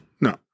No